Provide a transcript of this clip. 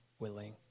willing